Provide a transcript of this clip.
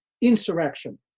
insurrection